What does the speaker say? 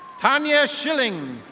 tanya shilling.